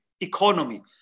economy